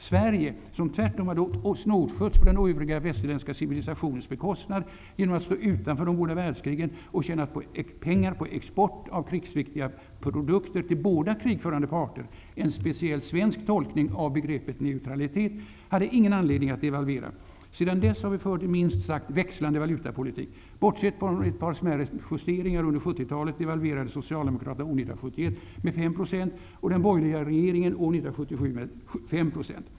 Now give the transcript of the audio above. Sverige, som tvärtom hade åkt snålskjuts på den övriga västerländska civilisationens bekostnad genom att stå utanför de båda världskrigen och som tjänat pengar på export av krigsviktiga produkter till båda krigförande parter -- en speciell svensk tolkning av begreppet neutralitet --, hade ingen anledning att devalvera. Sedan dess har vi fört en minst sagt växlande valutapolitik. Bortsett från ett par smärre justeringar under 70-talet devalverade socialdemokraterna år l97l med 7 % och den borgerliga regeringen år l977 med 5 %.